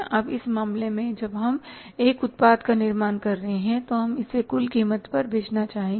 अब इस मामले में जब हम एक उत्पाद का निर्माण कर रहे हैं तो हम इसे कुल कीमत पर बेचना चाहेंगे